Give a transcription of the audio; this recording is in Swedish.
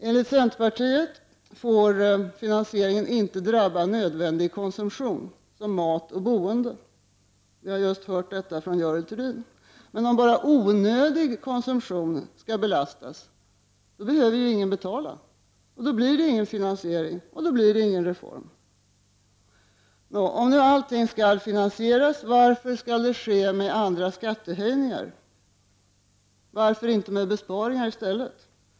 Enligt centerpartiet får finansieringen inte drabba nödvändig konsumtion som mat och boende. Vi har just hört detta av Görel Thurdin. Men om bara onödig konsumtion skall belastas, behöver ju ingen betala. Då blir det ingen finansiering, och då blir det ingen reform. Nå, om nu allt skall finansieras, varför skall det ske med andra skattehöjningar, varför inte med besparingar i stället?